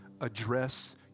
address